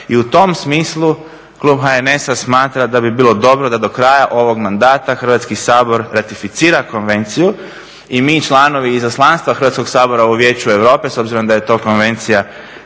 I u tom smislu klub HNS-a smatra da bi bilo dobro da do kraja ovog mandata Hrvatski sabor ratificira konvenciju i mi članovi Izaslanstva Hrvatskog sabora u Vijeću Europe s obzirom da je to konvencija